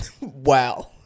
Wow